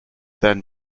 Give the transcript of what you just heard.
then